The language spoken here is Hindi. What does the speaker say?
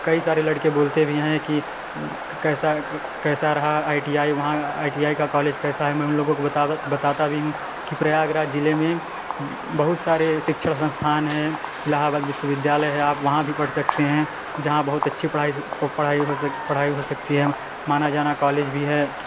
कई सारे लड़के बोलते भी हैं कि कैसा कैसा रहा आइ टी आई वहाँ आइ टी आई का कॉलेज कैसा है मैं उन लोगों को बताता भी हूँ कि प्रयागराज जिले में बहुत सारे शिक्षण संस्थान है इलाहाबाद विश्वविद्यालय है आप वहाँ भी पढ़ सकते हैं जहाँ बहुत अच्छी पढ़ाई से पढ़ाई हो सकती है माना जाना कॉलेज भी है